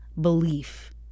belief